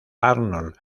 arnold